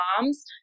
moms